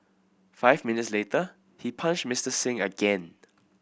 five minutes later he punched Mister Singh again